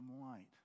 light